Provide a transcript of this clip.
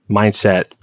mindset